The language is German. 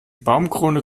baumkrone